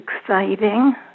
exciting